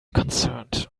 concerned